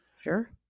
sure